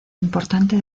importante